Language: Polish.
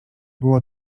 było